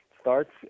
starts